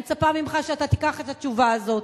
אני מצפה ממך שאתה תיקח את התשובה הזאת,